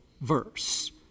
verse